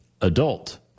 adult